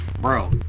Bro